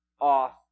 off